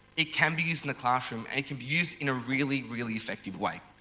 it can be used in the classroom. and it can be used in a really, really effective way.